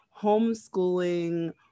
homeschooling